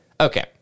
Okay